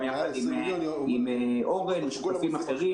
יחד עם אורן ושותפים אחרים,